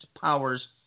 powers